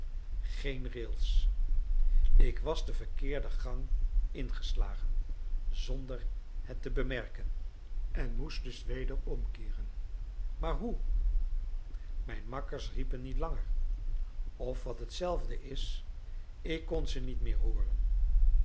geen rails ik was de verkeerde gang ingeslagen zonder het te bemerken en moest dus weder omkeeren maar hoe mijn makkers riepen niet langer of wat hetzelfde is ik kon ze niet meer hooren